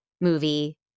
movie